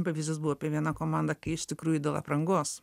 pavyzdys buvo apie vieną komandą kai iš tikrųjų dėl aprangos